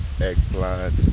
eggplant